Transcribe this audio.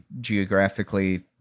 geographically